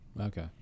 Okay